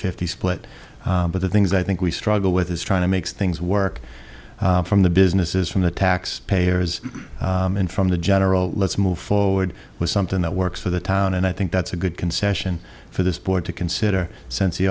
fifty split but the things i think we struggle with is trying to make things work from the businesses from the tax payers and from the general let's move forward with something that works for the town and i think that's a good concession for this board to consider since the